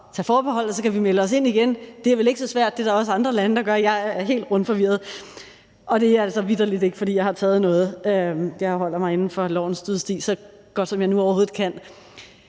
tage forbehold, og så kan vi melde os ind igen; det er vel ikke så svært, det er der også andre lande der gør. Jeg er helt rundforvirret, og det er altså vitterlig ikke, fordi jeg har taget noget. Jeg holder mig på lovens og dydens sti så godt, som jeg overhovedet kan.